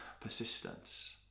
persistence